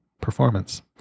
performance